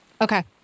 Okay